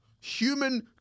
Human